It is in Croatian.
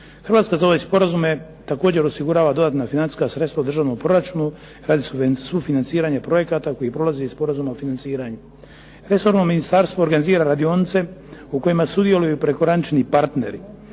Hrvatska za ove sporazume također osigurava dodatna financijska sredstva u državnom proračunu radi sufinanciranja projekata koji prolazi i sporazum o financiranju. Resorno ministarstvo organizira radionice u kojima sudjeluju prekogranični partneri.